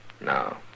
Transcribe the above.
No